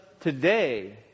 today